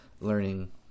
learning